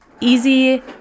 easy